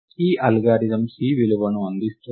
ఈ algorithm C విలువను అందిస్తుంది